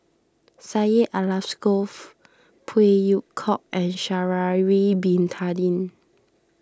Syed Alsagoff Phey Yew Kok and Sha'ari Bin Tadin